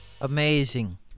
Amazing